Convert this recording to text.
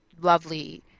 lovely